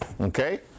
Okay